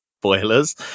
spoilers